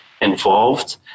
involved